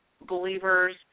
believers